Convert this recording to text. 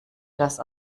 das